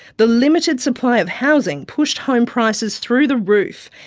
the limited supply of housing pushed home prices through the roof.